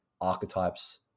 archetypes